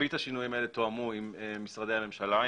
מרבית השינויים האלה תואמו עם משרדי הממשלה,